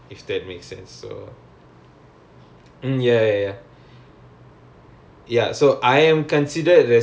uh understand understand you are in charge of all the wings but under உனக்கு:unakku under you is writer's wing and something ah